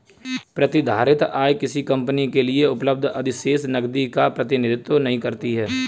प्रतिधारित आय किसी कंपनी के लिए उपलब्ध अधिशेष नकदी का प्रतिनिधित्व नहीं करती है